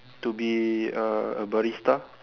to be a barista